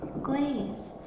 glaze.